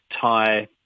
Thai